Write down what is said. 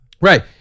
right